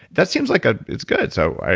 that seems like ah it's good. so,